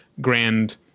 grand